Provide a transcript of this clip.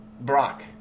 Brock